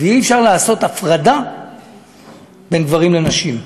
ואי-אפשר לעשות הפרדה בין גברים לנשים.